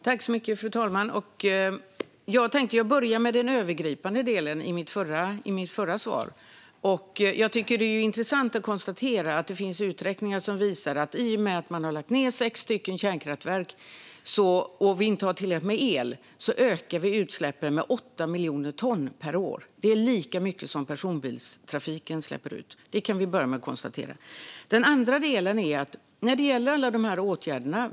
Fru talman! Jag började med den övergripande delen i mitt förra svar. Jag tycker att det är intressant att konstatera att det finns uträkningar som visar att vi, i och med att man har lagt ned sex kärnkraftverk och vi inte har tillräckligt med el, ökar utsläppen med 8 miljoner ton per år. Det är lika mycket som personbilstrafiken släpper ut. Det kan vi börja med att konstatera. Den andra delen gäller alla dessa åtgärder.